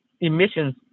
emissions